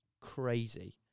crazy